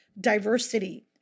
diversity